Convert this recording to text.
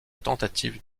tentative